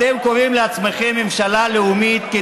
אתם קוראים לעצמכם ממשלה לאומית,